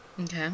Okay